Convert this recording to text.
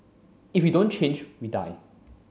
if we don't change we die